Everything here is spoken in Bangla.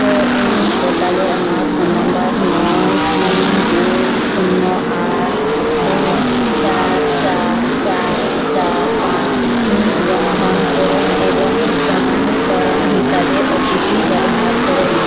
কো উইন পোর্টালে আমার ফোন নম্বর নয় তিন দুই শূন্য আট দুই চার চার চার চার পাঁচ নিবন্ধন করুন এবং প্রমাণীকরণ হিসাবে ওটিপি ব্যবহার করুন